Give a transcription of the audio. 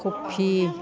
खबि